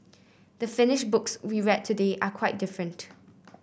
the finished books we read today are quite different